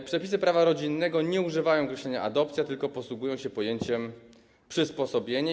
W przepisach prawa rodzinnego nie używa się określenia „adopcja”, tylko posługuje się pojęciem „przysposobienie”